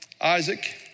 Isaac